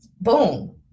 Boom